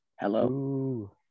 Hello